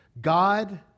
God